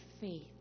faith